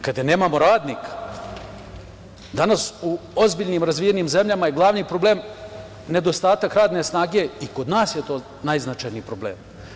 Kada nemamo radnika, danas u ozbiljnim razvijenim zemljama je glavni problem nedostatak radne snage i kod nas je to najznačajniji problem.